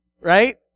right